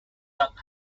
duck